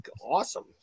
awesome